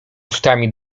ustami